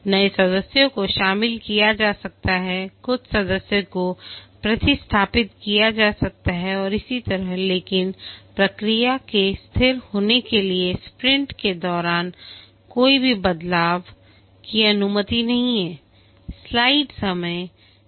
नए सदस्यों को शामिल किया जा सकता है कुछ सदस्य को प्रतिस्थापित किया जा सकता है और इसी तरह लेकिन प्रक्रिया के स्थिर होने के लिए स्प्रिंट के दौरान कोई भी बदलाव की अनुमति नहीं है